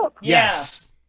Yes